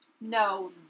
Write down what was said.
No